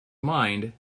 mind